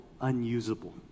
unusable